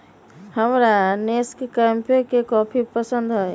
हमरा नेस्कैफे के कॉफी पसंद हई